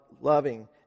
loving